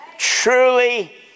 truly